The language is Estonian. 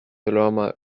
looma